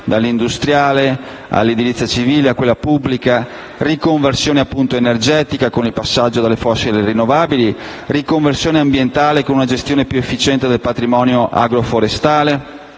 dall'industriale all'edilizia civile, a quella pubblica; riconversione energetica con il passaggio dalle fonti fossili alle rinnovabili; riconversione ambientale, con una gestione più efficiente del patrimonio agroforestale;